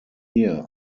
here